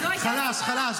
חלש, חלש.